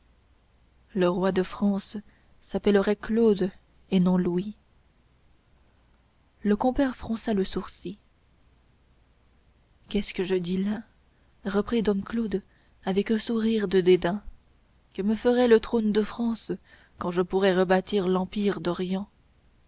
le roi de france s'appellerait claude et non louis le compère fronça le sourcil qu'est-ce que je dis là reprit dom claude avec un sourire de dédain que me ferait le trône de france quand je pourrais rebâtir l'empire d'orient